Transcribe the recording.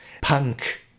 punk